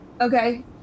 Okay